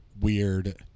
weird